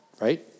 right